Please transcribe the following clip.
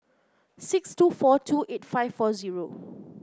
six two four two eight five four zero